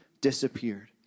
disappeared